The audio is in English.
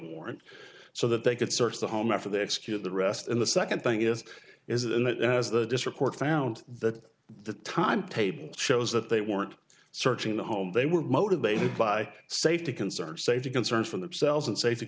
warrant so that they could search the home after they execute the rest in the second thing is is that as the district court found that the time table shows that they weren't searching the home they were motivated by safety concerns safety concerns for themselves and safety